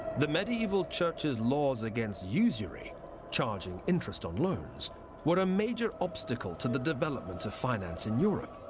the medieval church's laws against usury charging interest on loans were a major obstacle to the development of finance in europe.